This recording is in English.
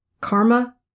karma